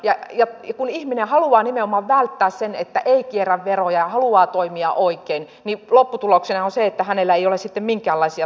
ja kun ihminen haluaa nimenomaan välttää sen että ei kierrä veroja ja haluaa toimia oikein niin lopputuloksena on se että hänellä ei ole sitten minkäänlaisia tuloja